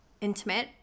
intimate